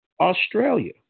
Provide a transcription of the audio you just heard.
Australia